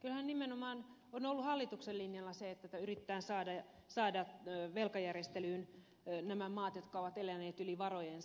kyllähän nimenomaan on ollut hallituksen linjalla se että yritetään saada velkajärjestelyyn nämä maat jotka ovat eläneet yli varojensa